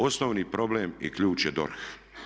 Osnovni problem i ključ je DORH.